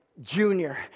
Junior